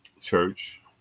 Church